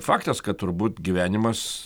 faktas kad turbūt gyvenimas